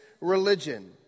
religion